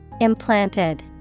Implanted